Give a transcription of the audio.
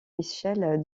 michel